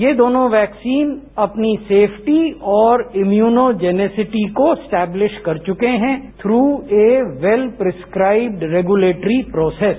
ये दोनों वैक्सीन अपनी सेफ्टी और इम्यूनो जेनेसिटी को एस्टैबलिश कर चुके हैं through a well prescribed regulatory process